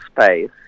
space